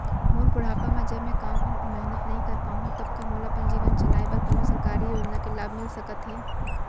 मोर बुढ़ापा मा जब मैं काम अऊ मेहनत नई कर पाहू तब का मोला अपन जीवन चलाए बर कोनो सरकारी योजना के लाभ मिलिस सकत हे?